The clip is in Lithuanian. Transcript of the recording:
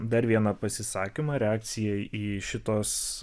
dar vieną pasisakymą reakcija į šitos